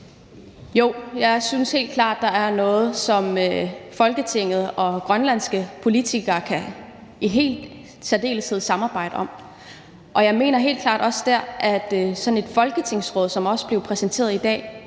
Jo, jeg synes helt klart, der er noget, som Folketinget og de grønlandske politikere i særdeleshed kan samarbejde om, og jeg mener helt klart også, at sådan et folketingsråd, som også blev præsenteret i dag,